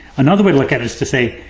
another way to look at it is to say,